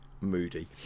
moody